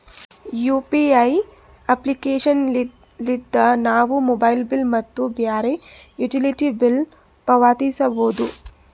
UPI application ಲಿದ್ದ ನಾವು mobile bill ಮತ್ತು ಬ್ಯಾರೆ ಯುಟಿಲಿಟಿ ಬಿಲ್ ಪಾವತಿಸಬೋದು